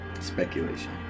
speculation